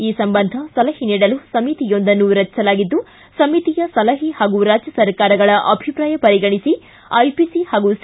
ಈ ಸಂಬಂಧ ಸಲಹೆ ನೀಡಲು ಸಮಿತಿಯೊಂದನ್ನು ರಚಿಸಲಾಗಿದ್ದು ಸಮಿತಿಯ ಸಲಹೆ ಹಾಗೂ ರಾಜ್ಯ ಸರ್ಕಾರಗಳ ಅಭಿಪ್ರಾಯ ಪರಿಗಣಿಸಿ ಐಪಿಸಿ ಹಾಗೂ ಸಿ